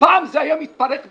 פעם זה היה מתפרק בקצבייה,